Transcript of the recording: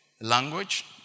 Language